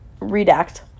redact